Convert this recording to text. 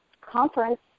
conference